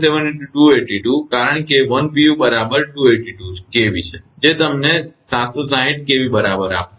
7 × 282 કારણ કે 1 pu બરાબર 282 kV છે તે તમને 760 kV બરાબર આપશે